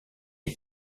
est